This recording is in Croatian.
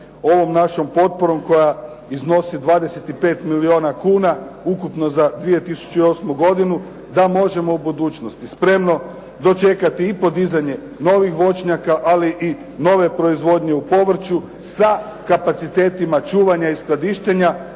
ovom našom potporom koja iznosi 25 milijuna kuna ukupno za 2008. godinu da možemo u budućnosti spremno dočekati i podizanje novih voćnjaka, ali i nove proizvodnje u povrću sa kapacitetima čuvanja i skladištenja